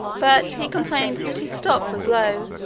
but he complained that his stock was low,